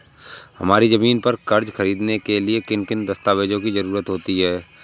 हमारी ज़मीन पर कर्ज ख़रीदने के लिए किन किन दस्तावेजों की जरूरत होती है?